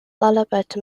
طلبت